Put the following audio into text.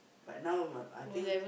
but now uh I think